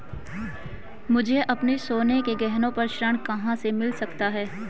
मुझे अपने सोने के गहनों पर ऋण कहां से मिल सकता है?